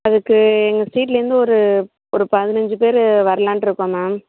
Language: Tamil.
அதுக்கு எங்கள் ஸ்ட்ரீட்லிருந்து ஒரு ஒரு பதினஞ்சு பேர் வரலானுட்டுருக்கோம் மேம்